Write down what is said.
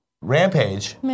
Rampage